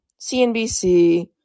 CNBC